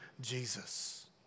Jesus